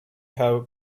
her